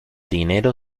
dinero